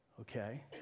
Okay